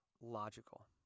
logical